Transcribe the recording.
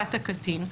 ולטובת הקטין.